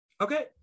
Okay